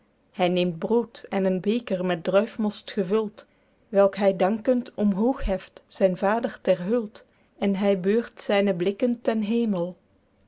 hy neemt brood en een beker met druifmost gevuld welk hy dankend omhoog heft zyn vader ter huld en hy beurt zyne blikken ten hemel